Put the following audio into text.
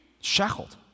shackled